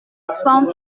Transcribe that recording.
cent